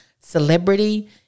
celebrity